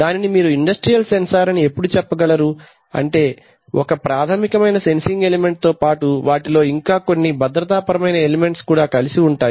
దానిని మీరు industrial sensor అని ఎప్పుడు చెప్పగలరు అంటే ఒక ప్రాథమికమైన సెన్సింగ్ ఎలిమెంట్ తో పాటు వాటిలో ఇంకా కొన్ని భద్రతాపరమైన ఎలిమెంట్స్ కూడా కలిసి ఉంటాయి